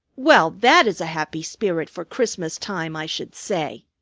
well, that is a happy spirit for christmas time, i should say!